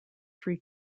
three